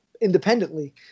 independently